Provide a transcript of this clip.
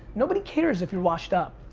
nobody cares if you're washed up.